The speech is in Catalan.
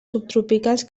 subtropicals